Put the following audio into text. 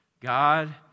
God